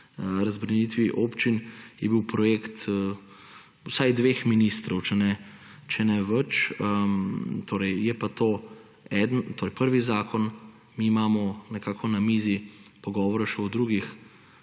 razbremenitvi občin je bil projekt vsaj dveh ministrov, če ne več. Je pa to prvi zakon, mi imamo nekako na mizi pogovore še o drugih